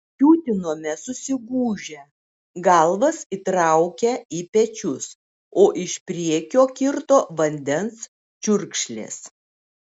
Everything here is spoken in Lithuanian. kiūtinome susigūžę galvas įtraukę į pečius o iš priekio kirto vandens čiurkšlės